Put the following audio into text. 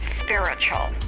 spiritual